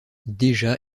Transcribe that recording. déjà